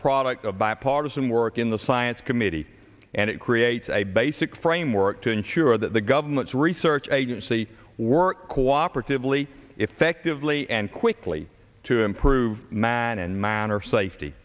product of bipartisan work in the science committee and it creates a basic framework to ensure that the government's research agency were cooperatively effectively and quickly to improve man and man or safety